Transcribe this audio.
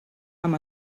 amb